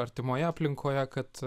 artimoje aplinkoje kad